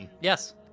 Yes